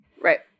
right